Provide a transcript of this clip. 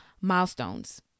milestones